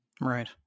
Right